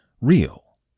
real